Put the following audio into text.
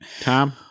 Tom